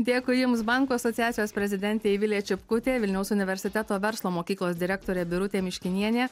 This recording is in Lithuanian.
dėkui jums bankų asociacijos prezidentė eivilė čipkutė vilniaus universiteto verslo mokyklos direktorė birutė miškinienė